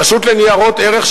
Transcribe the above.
הרשות לניירות ערך,